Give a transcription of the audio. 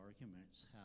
arguments